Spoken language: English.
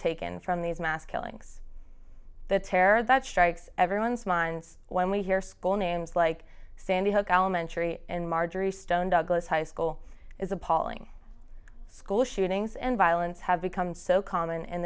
taken from these mass killings the terror that strikes everyone's minds when we hear school names like sandy hook elementary and marjorie stone douglas high school is appalling school shootings and violence have become so common in